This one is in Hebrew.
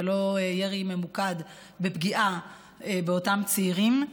ולא ירי ממוקד ופגיעה באותם צעירים,